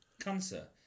Cancer